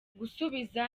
gusubiza